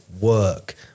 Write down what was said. work